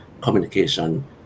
communication